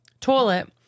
toilet